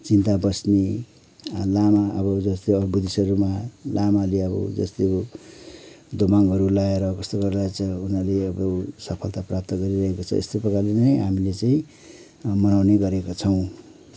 चिन्ता बस्ने लामा अब जस्तै बुद्धिस्टहरूमा लामाले अब जस्तै अब दोमाङहरू लाएर कस्तो गरेर चाहिँ उनीहरूले अब सफलता प्राप्त गरिरहेको छ यस्तै प्रकारले नै हामीले चाहिँ मनाउने गरेका छौँ